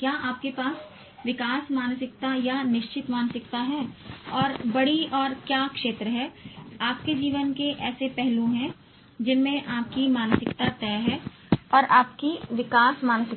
क्या आपके पास विकास मानसिकता या निश्चित मानसिकता है और बड़ी और क्या क्षेत्र हैं आपके जीवन के ऐसे पहलू हैं जिनमें आपकी मानसिकता तय है और आपकी विकास मानसिकता है